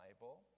Bible